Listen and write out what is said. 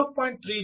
0